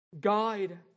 guide